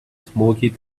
smoky